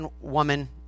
woman